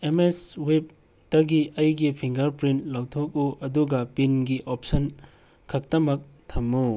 M S ꯁꯨꯋꯤꯞꯇꯒꯤ ꯑꯩꯒꯤ fingerprint ꯂꯧꯊꯣꯛꯎ ꯑꯗꯨꯒ ꯄꯤꯟꯒꯤ ꯑꯣꯞꯁꯟ ꯈꯛꯇꯃꯛ ꯇꯝꯃꯨ